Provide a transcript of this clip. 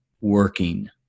working